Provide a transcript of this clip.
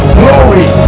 glory